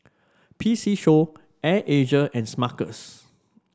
P C Show Air Asia and Smuckers